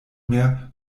mehr